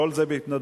כל זה בהתנדבות,